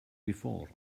before